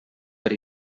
per